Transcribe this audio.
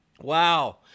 wow